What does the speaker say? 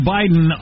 Biden